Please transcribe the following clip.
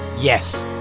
yes.